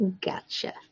Gotcha